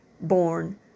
born